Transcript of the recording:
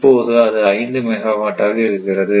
இப்போது அது 5 மெகாவாட்டாக இருக்கிறது